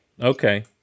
Okay